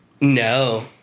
No